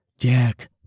Jack